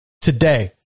today